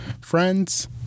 Friends